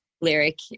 lyric